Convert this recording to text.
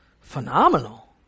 phenomenal